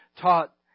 taught